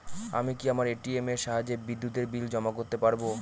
আমি কি আমার এ.টি.এম এর সাহায্যে বিদ্যুতের বিল জমা করতে পারব?